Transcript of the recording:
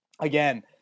again